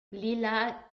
leela